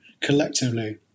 collectively